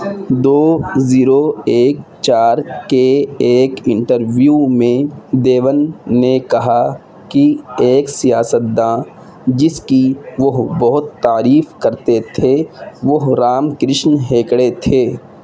دو zero ایک چار کے ایک انٹرویو میں دیون نے کہا کہ ایک سیاستداں جس کی وہ بہت تعریف کرتے تھے وہ رام کرشن ہیکڑے تھے